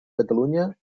catalunya